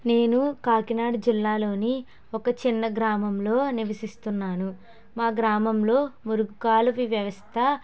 నేను కాకినాడ జిల్లాలోని ఒక చిన్న గ్రామంలో నివసిస్తున్నాను మా గ్రామంలో మురిక్కాలువ వ్యవస్థ